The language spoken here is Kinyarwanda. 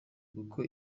kuko